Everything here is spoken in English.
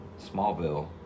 Smallville